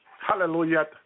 Hallelujah